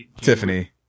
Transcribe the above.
Tiffany